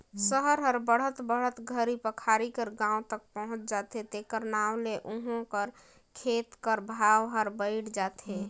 सहर हर बढ़त बढ़त घरी पखारी कर गाँव तक पहुंच जाथे तेकर नांव ले उहों कर खेत कर भाव हर बइढ़ जाथे